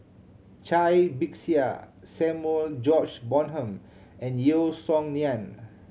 Cai Bixia Samuel George Bonham and Yeo Song Nian